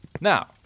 Now